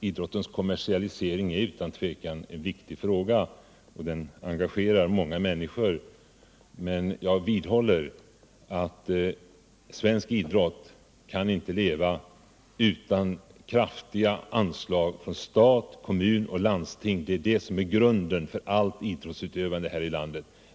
Idrottens kommersialisering är utan tvivel en viktig fråga, och den engagerar många människor, men jag vidhåller att svensk idrott inte kan leva utan kraftiga anslag från stat, kommun och landsting — det är grunden för allt idrottsutövande här i landet.